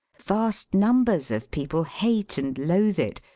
vast num bers of people hate and loathe it,